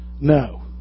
No